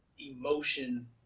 emotion